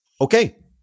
Okay